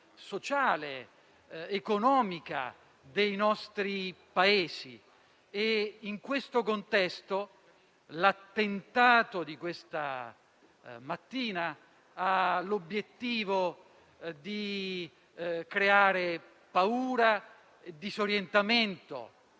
sociale ed economica dei nostri Paesi. In tale contesto, l'attentato di questa mattina ha l'obiettivo di creare paura, disorientamento